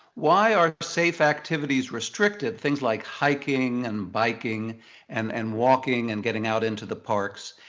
why are safe activities restricted? things like hiking and biking and and walking and getting out into the parks.